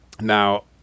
now